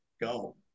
go